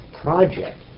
project